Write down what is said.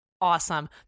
awesome